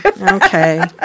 okay